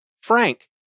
Frank